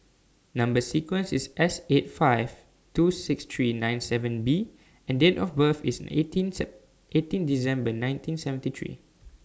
Number sequence IS S eight five two six three nine seven B and Date of birth IS eighteen eighteen December nineteen seventy three